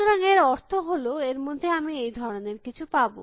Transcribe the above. সুতরাং এর অর্থ হল এর মধ্যে আমি এই ধরনের কিছু পাব